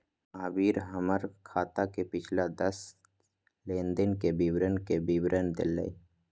महावीर हमर खाता के पिछला दस लेनदेन के विवरण के विवरण देलय